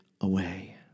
away